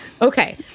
Okay